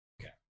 Okay